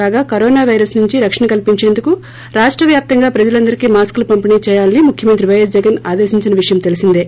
కాగా corona virus నుంచి రక్షణ కల్పించేందుకు రాష్ట వ్యాప్తంగా ప్రజలందరికీ మాస్కులు పంపిణ్ చేయాలని ముఖ్వమంత్రి వైఎస్ జగన్ ఆదేశించిన విషయం తెలిసిందే